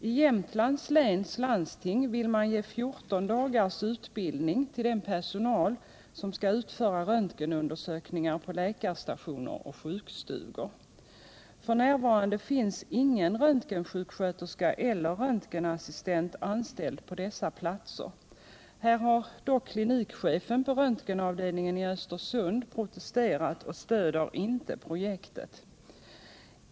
I Jämtlands läns landsting vill man ge 14 dagars utbildning till den personal som skall utföra röntgenundersökningar på läkarstationer och sjukstugor. F.n. finns ingen röntgensjuksköterska eller röntgenassistent anställd på dessa platser. Här har dock klinikchefen på röntgenavdelningen i Östersund protesterat och stöder inte projektet.